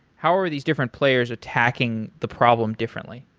how are these different players attacking the problem differently?